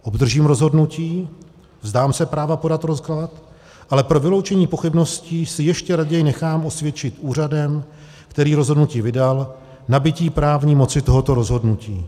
Obdržím rozhodnutí, vzdám se práva podat rozklad, ale pro vyloučení pochybností si ještě raději nechám osvědčit úřadem, který rozhodnutí vydal, nabytí právní moci tohoto rozhodnutí.